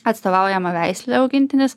atstovaujamą veislę augintinis